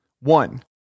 One